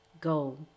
go